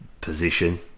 position